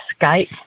Skype